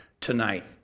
tonight